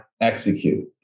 execute